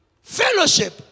fellowship